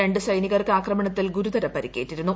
രണ്ട് സൈനികർക്ക് ആക്രമണത്തിൽ ഗുരുതര പരിക്കേറ്റിരുന്നു